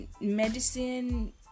medicine